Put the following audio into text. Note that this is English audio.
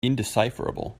indecipherable